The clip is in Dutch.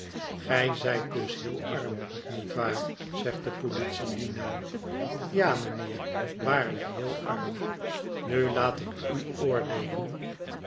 gij zijt dus heel arm niet waar zegt de politiedienaar ja mijnheer waarlijk heel arm nu laat ik u oordeelen